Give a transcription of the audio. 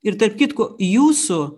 ir tarp kitko jūsų